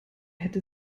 hätte